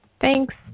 Thanks